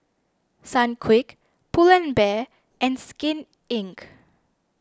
Sunquick Pull and Bear and Skin Inc